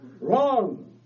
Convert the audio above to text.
wrong